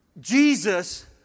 Jesus